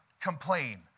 complain